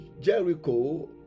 Jericho